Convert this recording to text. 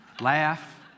Laugh